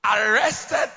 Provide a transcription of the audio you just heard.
arrested